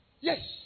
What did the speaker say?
Yes